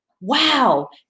Wow